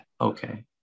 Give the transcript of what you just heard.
okay